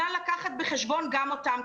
נא לקחת בחשבון גם אותם,